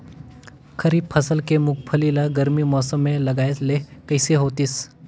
खरीफ फसल के मुंगफली ला गरमी मौसम मे लगाय ले कइसे होतिस?